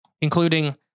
including